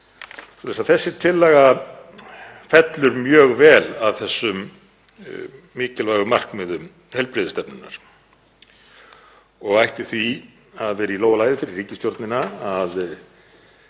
þessi tillaga fellur mjög vel að þessum mikilvægu markmiðum heilbrigðisstefnunnar og ætti því að vera í lófa lagið fyrir ríkisstjórnina að